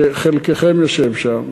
חלקכם יושב שם,